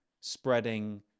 spreading